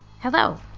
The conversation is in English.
Hello